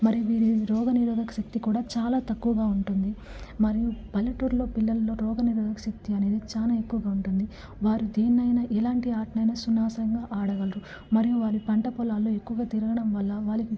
మరియు వీరి రోగ నిరోధక శక్తి కూడా చాలా తక్కువగా ఉంటుంది మరియు పల్లెటూరిలో పిల్లలలో రోగ నిరోధక శక్తి అనేది చాలా ఎక్కువగా ఉంటుంది వారు దేన్నయినా ఎలాంటి ఆటనయినా సునాసంగా ఆడగలరు మరియు వారు పంటపొలాల్లో ఎక్కువగా తిరగడం వల్ల వాలి